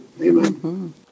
Amen